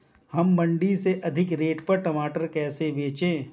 हम मंडी में अधिक रेट पर टमाटर कैसे बेचें?